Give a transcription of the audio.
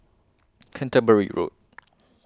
Canterbury Road